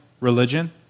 religion